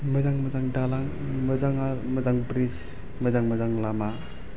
मोजां मोजां दालां मोजां मोजां ब्रिज मोजां मोजां लामा